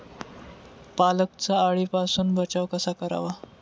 पालकचा अळीपासून बचाव कसा करावा?